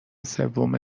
سوم